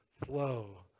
flow